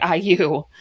IU